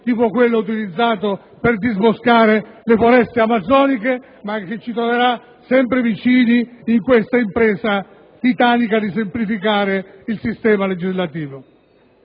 tipo quello utilizzato per disboscare le foreste amazzoniche e che ci troverà sempre vicini in questa impresa titanica di semplificare il sistema legislativo.